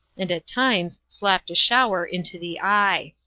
and at times slapped a shower into the eye.